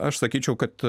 aš sakyčiau kad